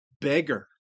beggar